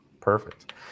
Perfect